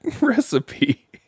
recipe